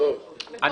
זה לא קשור לחוק הזה.